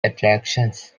attractions